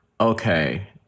okay